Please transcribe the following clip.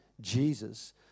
Jesus